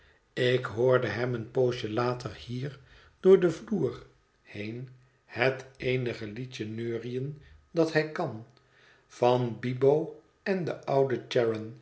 ik hoorde hem een poosje later hier door den vloer heen het eenige liedje neuriën dat hij kan van bibo en den ouden